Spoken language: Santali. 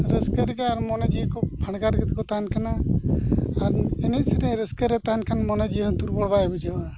ᱨᱟᱹᱥᱠᱟᱹ ᱨᱮᱜᱮ ᱟᱨ ᱢᱚᱱᱮ ᱡᱤᱣᱤ ᱠᱚ ᱯᱷᱟᱰᱜᱟᱨ ᱜᱮᱛᱟ ᱠᱚ ᱛᱟᱦᱮᱱ ᱠᱟᱱᱟ ᱟᱨ ᱮᱱᱮᱡ ᱥᱮᱨᱮᱧ ᱨᱟᱹᱥᱠᱟᱹ ᱨᱮ ᱛᱟᱦᱮᱱ ᱠᱷᱟᱱ ᱢᱚᱱᱮ ᱡᱤᱣᱤ ᱦᱚᱸ ᱫᱩᱨᱵᱚᱞ ᱵᱟᱭ ᱵᱩᱡᱷᱟᱹᱜᱼᱟ